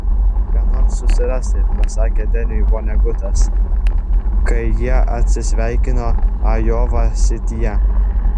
ką nors susirasi pasakė deniui vonegutas kai jie atsisveikino ajova sityje